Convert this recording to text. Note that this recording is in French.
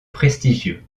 prestigieux